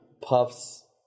Puff's